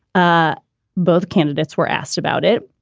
ah both candidates were asked about it.